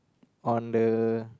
on the